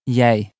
jij